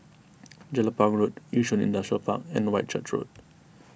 Jelapang Road Yishun Industrial Park and Whitchurch Road